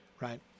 right